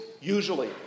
usually